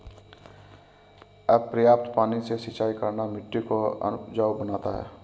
अपर्याप्त पानी से सिंचाई करना मिट्टी को अनउपजाऊ बनाता है